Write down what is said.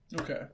Okay